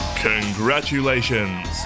Congratulations